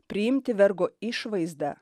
priimti vergo išvaizdą